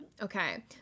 okay